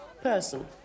Person